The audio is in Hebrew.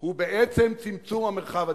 הוא בעצם צמצום המרחב הדמוקרטי,